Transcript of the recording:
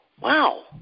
wow